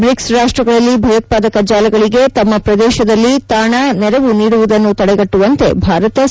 BRICS ರಾಷ್ಷಗಳಲ್ಲಿ ಭಯೋತ್ವಾದಕ ಜಾಲಗಳಗೆ ತಮ್ಮ ಶ್ರದೇಶದಲ್ಲಿ ತಾಣ ನೆರವು ನೀಡುವುದನ್ನು ತಡೆಗಟ್ಲಯವಂತೆ ಭಾರತ ಸೂಚನೆ